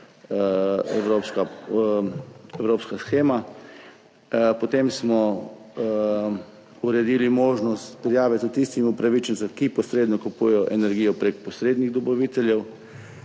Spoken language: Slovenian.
evropska shema. Potem smo uredili možnost prijave tudi tistim upravičencem, ki posredno kupujejo energijo prek posrednih dobaviteljev.